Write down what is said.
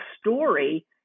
story